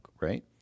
right